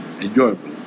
enjoyable